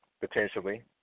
potentially